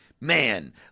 man